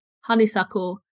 honeysuckle